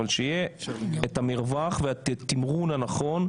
אבל שיהיה את המרווח ואת התמרון הנכון,